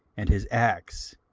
and his acts,